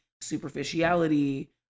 superficiality